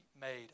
made